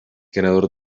ganador